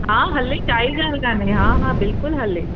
हा हले काई ॻाल्हि कान्हे हा हा बिल्कुलु हले